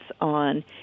on